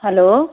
hello